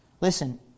Listen